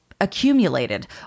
accumulated